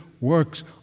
works